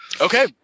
Okay